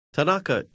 Tanaka